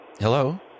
Hello